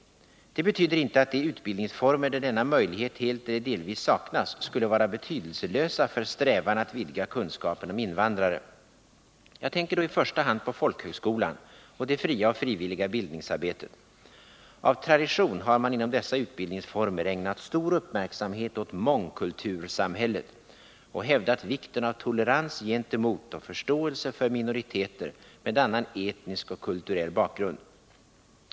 Det betyder inte att de utbildningsformer där denna möjlighet helt eller delvis saknas skulle vara betydelselösa för strävan att vidga kunskapen om invandrare. Jag tänker då i första hand på folkhögskolan och det fria och frivilliga bildningsarbetet. Av tradition har man inom dessa utbildningsformer ägnat stor uppmärksamhet åt mångkultursamhället och hävdat vikten av tolerans gentemot och förståelse för minoriteter med annan etnisk och kulturell bakgrund.